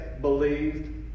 believed